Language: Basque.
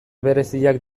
bereziak